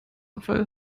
opfer